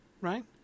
right